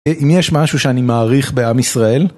אם יש משהו שאני מעריך בעם ישראל?